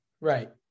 Right